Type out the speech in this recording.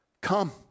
Come